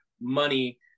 money